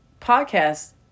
podcast